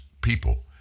people